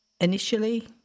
Initially